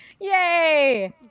Yay